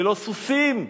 ללא סוסים,